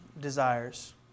desires